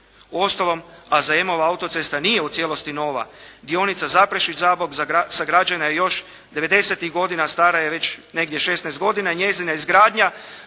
Uostalom a zar Emova autocesta nije u cijelosti nova? Dionica Zaprešić-Zabok sagrađena je još 90.-tih godina, stara je već negdje 16 godina i njezina izgradnja